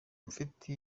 mfite